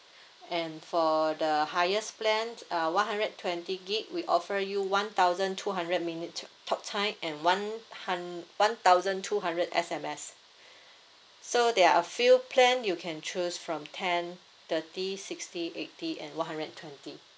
and for the highest plan uh one hundred twenty gig we offer you one thousand two hundred minute t~ talk time and one hun~ one thousand two hundred S_M_S so there are a few plan you can choose from ten thirty sixty eighty and one hundred and twenty